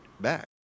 back